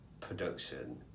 production